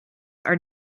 are